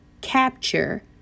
capture